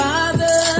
Father